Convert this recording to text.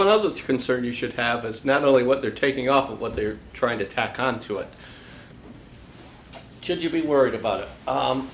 one of the concern you should have is not only what they're taking off and what they're trying to tack onto it should you be worried about